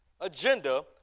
agenda